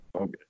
Okay